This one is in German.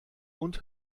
und